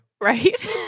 Right